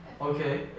Okay